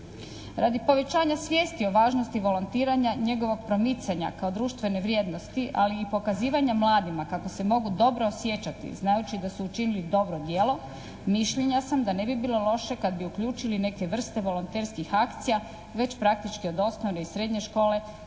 Radi povećanja svijesti o važnosti volontiranja, njegovog promicanja kao društvene vrijednosti ali i pokazivanja mladima kako se mogu dobro osjećati znajući da su učinili dobro djelo mišljenja sam da ne bi bilo loše kad bi uključili neke vrste volonterskih akcija već praktički od osnovne i srednje škole